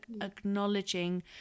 acknowledging